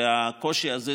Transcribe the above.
בבקשה.